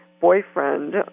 boyfriend